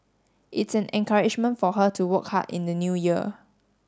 it's an encouragement for her to work hard in the new year